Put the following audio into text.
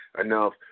enough